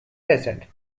present